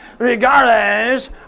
Regardless